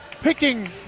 Picking